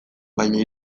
baina